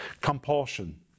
compulsion